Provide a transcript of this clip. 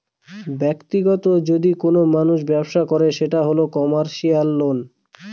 ব্যাক্তিগত যদি কোনো মানুষ ব্যবসা করে সেটা হল কমার্সিয়াল লোন